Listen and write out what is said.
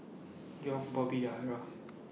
York Bobby and Yahaira